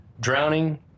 drowning